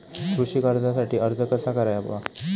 कृषी कर्जासाठी अर्ज कसा करावा?